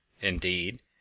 Indeed